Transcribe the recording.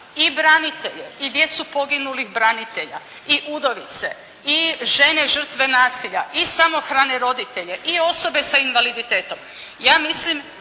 i branitelje i djecu poginulih branitelja i udovice i žene žrtve nasilja i samohrane roditelje i osobe sa invaliditetom. Ja mislim